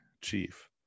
Chief